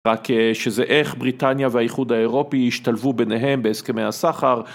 רק שזה איך בריטניה והאיחוד האירופי השתלבו ביניהם בהסכמי הסחר.